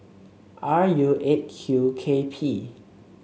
R U Eight Q K P